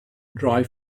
dry